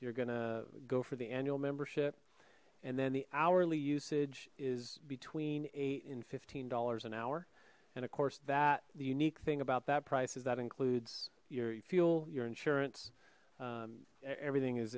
you're gonna go for the annual membership and then the hourly usage is between eight and fifteen dollars an hour and of course that the unique thing about that price is that includes your fuel your insurance everything